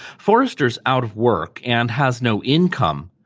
forrester is out of work and has no income.